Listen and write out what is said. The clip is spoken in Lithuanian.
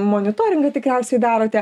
monitoringą tikriausiai darote